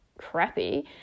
crappy